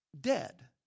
dead